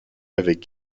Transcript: avec